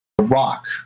rock